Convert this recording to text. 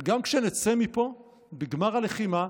וגם כשנצא מפה בגמר הלחימה,